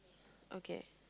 okay